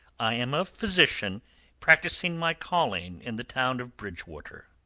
i am a physician practising my calling in the town of bridgewater.